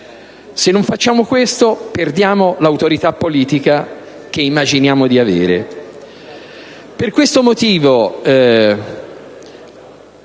Se non facciamo questo perdiamo l'autorità politica che immaginiamo di avere. Per questo motivo,